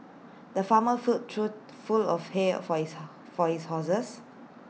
the farmer filled A trough full of hay for his for his horses